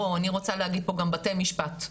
אני רוצה להגיד פה גם בתי משפט,